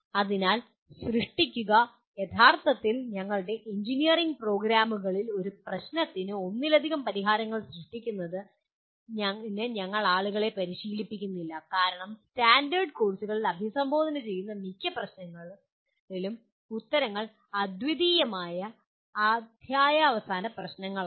അതിനാൽ സൃഷ്ടിക്കുക യഥാർത്ഥത്തിൽ ഞങ്ങളുടെ എഞ്ചിനീയറിംഗ് പ്രോഗ്രാമുകളിൽ ഒരു പ്രശ്നത്തിന് ഒന്നിലധികം പരിഹാരങ്ങൾ സൃഷ്ടിക്കുന്നതിന് ഞങ്ങൾ ആളുകളെ പരിശീലിപ്പിക്കുന്നില്ല കാരണം സ്റ്റാൻഡേർഡ് കോഴ്സുകളിൽ അഭിസംബോധന ചെയ്യുന്ന മിക്ക പ്രശ്നങ്ങളും ഉത്തരങ്ങൾ അദ്വിതീയമായ അധ്യായ അവസാന പ്രശ്നങ്ങളാണ്